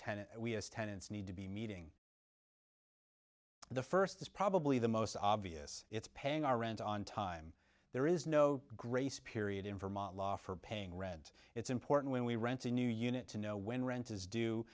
tenant we as tenants need to be meeting the first is probably the most obvious it's paying our rent on time there is no grace period in vermont law for paying rent it's important when we rent the new unit to know when rent is d